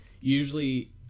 usually